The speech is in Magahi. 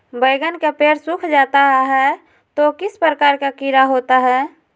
बैगन के पेड़ सूख जाता है तो किस प्रकार के कीड़ा होता है?